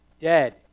Dead